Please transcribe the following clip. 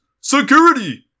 Security